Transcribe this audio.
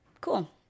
Cool